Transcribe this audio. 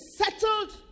settled